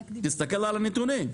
תסתכל על הנתונים.